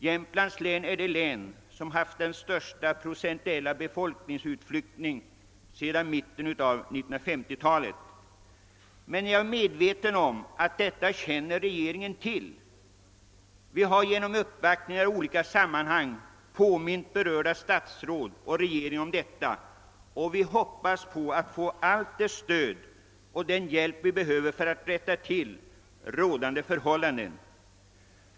Jämtlands län har haft den största procentuella befolkningsutflyttningen sedan mitten av 1950-talet. Men jag är medveten om att regeringen känner till detta. Vi har genom uppvaktningar i olika sammanhang påmint berörda statsråd och regeringen om detta, och vi hoppas få allt det stöd och den hjälp vi behöver för att rätta till rådande förhållanden.